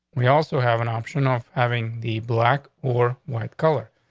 we also have an option off having the black or white color.